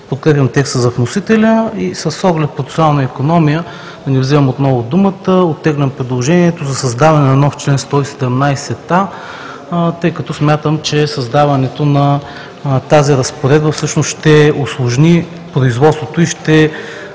Подкрепям текста на вносителя. С оглед процесуална икономия – да не вземам отново думата, оттеглям предложението за създаване на нов чл. 117а, тъй като смятам, че създаването на тази разпоредба ще усложни производството и ще